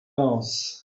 else